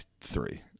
Three